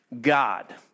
God